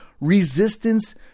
resistance